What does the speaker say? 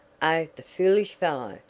oh, the foolish fellow,